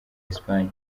espagne